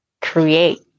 create